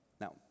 Now